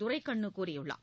துரைக்கண்ணு கூறியுள்ளார்